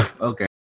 Okay